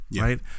right